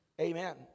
amen